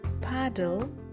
paddle